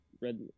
red